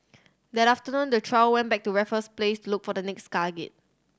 that afternoon the trio went back to Raffles Place to look for the next target